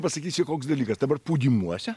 pasakysiu koks dalykas dabar pūdymuose